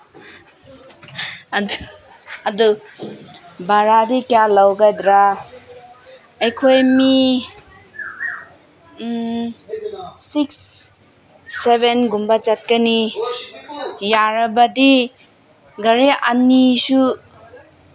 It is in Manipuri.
ꯑꯗꯨ ꯑꯗꯨ ꯚꯔꯥꯗꯤ ꯀꯌꯥ ꯂꯧꯒꯗ꯭ꯔꯥ ꯑꯩꯈꯣꯏ ꯃꯤ ꯁꯤꯛꯁ ꯁꯚꯦꯟꯒꯨꯝꯕ ꯆꯠꯀꯅꯤ ꯌꯥꯔꯕꯗꯤ ꯒꯥꯔꯤ ꯑꯅꯤꯁꯨ